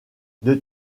deux